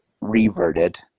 reverted